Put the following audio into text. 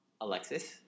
Alexis